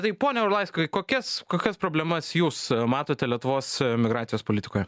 tai pone arlauskai kokias kokias problemas jūs matote lietuvos migracijos politikoje